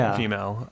female